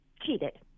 cheated